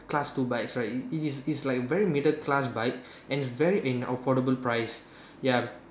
class two bikes right it is it is a very middle class bike and it's very in affordable price ya